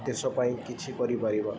ଦେଶ ପାଇଁ କିଛି କରିପାରିବା